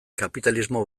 kapitalismo